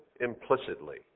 implicitly